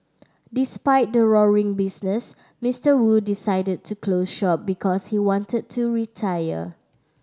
despite the roaring business Mister Wu decided to close shop because he wanted to retire